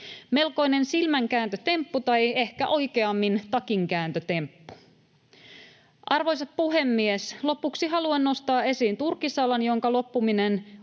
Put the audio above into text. Melkoinen silmänkääntötemppu tai ehkä oikeammin takinkääntötemppu. Arvoisa puhemies! Lopuksi haluan nostaa esiin turkisalan, jonka loppuminen